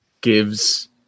gives